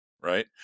right